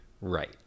Right